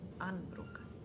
unbroken